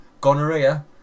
Gonorrhea